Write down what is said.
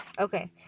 Okay